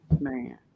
Man